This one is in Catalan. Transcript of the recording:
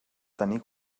tenir